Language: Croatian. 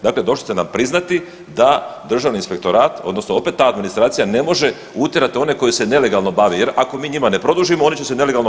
Dakle, došli ste nam priznati da Državni inspektorat odnosno opet ta administracija ne može utjerati one koji se nelegalno bave jer ako mi njima ne produžimo oni će se nelegalno